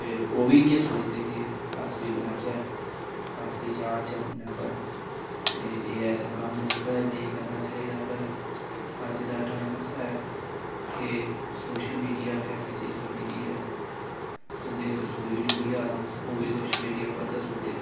ते ओह् बी इ'यै सोचदे कि अस बी बनाचै अस बी चाढ़चै फोन्नै उप्पर ते एह् ऐसा कम्म ऐ जेह्ड़ा नेईं करना चाहिदा पर अज्ज दा टाईम ऐसा ऐ कि सोशल मिडिया गै ऐसी चीज़ बनी दी ऐ कुसै गी इक सूई गै चूबिया ओह् सोशल मिडिया उप्पर दसूड़दे